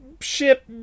ship